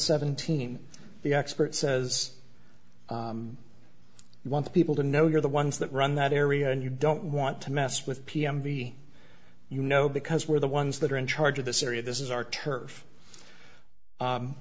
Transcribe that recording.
seventeen the expert says i want people to know you're the ones that run that area and you don't want to mess with p m t you know because we're the ones that are in charge of this area this is our turf